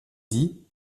dit